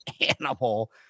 animal